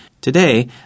Today